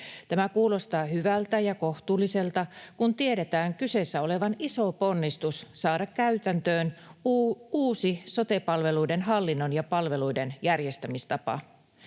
Tämä kuulostaa hyvältä ja kohtuulliselta, kun tiedetään kyseessä olevan iso ponnistus saada käytäntöön uusi sote-palveluiden hallinnon ja palveluiden järjestämistapa.